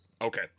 Okay